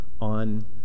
on